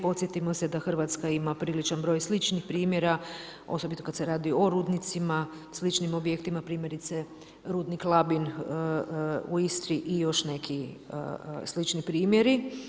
Podsjetimo se da Hrvatska ima priličan broj sličnih primjera, osobito kad se radi o rudnicima, sličnim objektima primjerice rudnik Labin u Istri i još neki slični primjeri.